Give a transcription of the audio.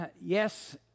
yes